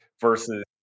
versus